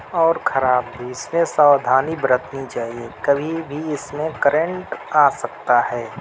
اور خراب بھی اس میں ساودھانی برتنی چاہیے کبھی بھی اس میں کرنٹ آ سکتا ہے